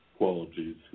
qualities